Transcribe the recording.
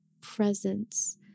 presence